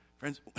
Friends